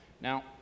Now